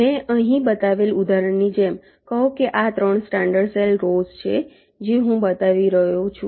મેં અહીં બતાવેલ ઉદાહરણની જેમ કહો કે આ ત્રણ સ્ટાન્ડર્ડ સેલ રોવ્સ છે જે હું બતાવી રહ્યો છું